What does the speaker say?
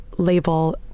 Label